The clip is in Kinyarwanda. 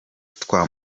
twa